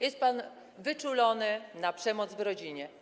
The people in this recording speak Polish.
Jest pan wyczulony na przemoc w rodzinie.